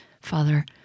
Father